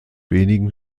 wenigen